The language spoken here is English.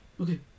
okay